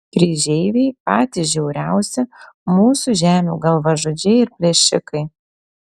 kryžeiviai patys žiauriausi mūsų žemių galvažudžiai ir plėšikai